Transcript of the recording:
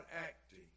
acting